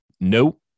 no